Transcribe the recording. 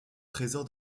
trésor